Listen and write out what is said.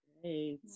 Great